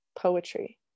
poetry